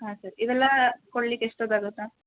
ಹಾಂ ಸರಿ ಇವೆಲ್ಲ ಕೊಡಲಿಕ್ಕೆ ಎಷ್ಟ್ಹೊತ್ತಾಗತ್ತೆ